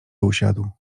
usiadł